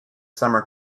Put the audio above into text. summer